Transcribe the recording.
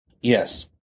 Yes